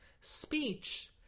Speech